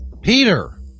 Peter